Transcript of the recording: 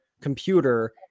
computer